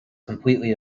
completely